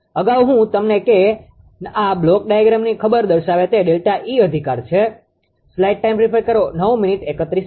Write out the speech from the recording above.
અગાઉ હું તમને કે આ બ્લોક ડાયાગ્રામની ખબર દર્શાવે તે ΔE અધિકારછે